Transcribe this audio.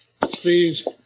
Please